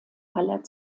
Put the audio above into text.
aller